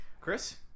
chris